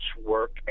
work